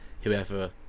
whoever